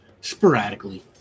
Sporadically